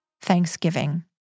Thanksgiving